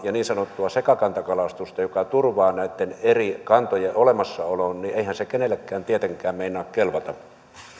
ja niin sanottua sekakantakalastusta ruvetaan rajoittamaan mikä turvaa näitten eri kantojen olemassaolon niin eihän se kenellekään tietenkään meinaa kelvata